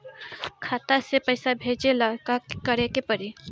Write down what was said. खाता से पैसा भेजे ला का करे के पड़ी?